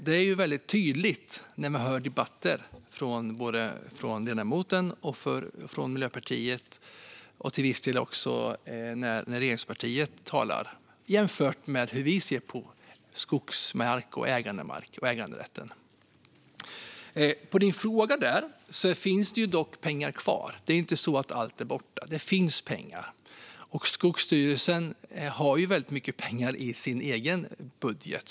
Det är väldigt tydligt när vi hör debatter med ledamoten och Miljöpartiet och till viss del också när representanter för regeringspartiet talar jämfört hur vi ser på skogsmark och äganderätten. På din fråga är svaret att det dock finns pengar kvar. Det är inte så att allt är borta. Det finns pengar. Skogsstyrelsen har väldigt mycket pengar i sin egen budget.